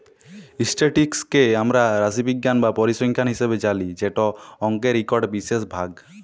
statistics কে আমরা রাশিবিজ্ঞাল বা পরিসংখ্যাল হিসাবে জালি যেট অংকের ইকট বিশেষ ভাগ